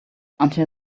until